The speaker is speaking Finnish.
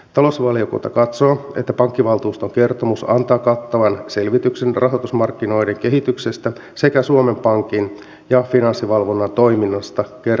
talousvaliokunta katsoo että pankkivaltuuston kertomus antaa kattavan selvityksen rahoitusmarkkinoiden kehityksestä sekä suomen pankin ja finanssivalvonnan toiminnasta kertomusvuonna